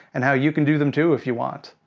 and how you can do them too, if you want.